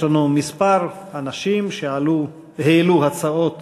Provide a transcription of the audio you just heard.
יש לנו כמה אנשים שהעלו הצעות